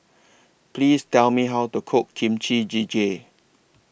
Please Tell Me How to Cook Kimchi Jjigae